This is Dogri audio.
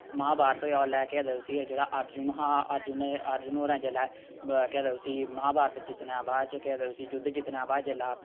महाभारत होएआ औल्लै केह् आखदे उसी ओह् जेह्ड़ा अर्जुन हा अर्जुन ने अर्जुन होरें जेल्लै ब केह् आखदे उसी महाभारत जित्तने दे बाद च केह् आखदे उसी जुद्ध जित्तने दे बाद च जेल्लै